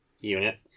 unit